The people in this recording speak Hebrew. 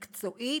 מקצועית,